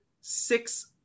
six